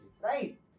Right